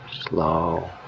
slow